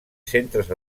centres